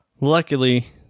luckily